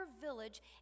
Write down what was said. village